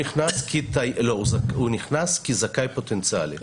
לא, הוא נכנס כזכאי פוטנציאלי.